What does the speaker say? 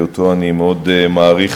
שאותו אני מאוד מעריך,